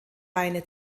weine